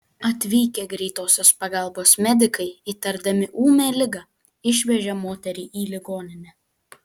atvykę greitosios pagalbos medikai įtardami ūmią ligą išvežė moterį į ligoninę